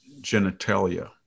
genitalia